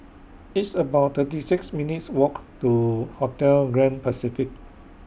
It's about thirty six minutes' Walk to Hotel Grand Pacific